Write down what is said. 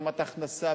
רמת הכנסה,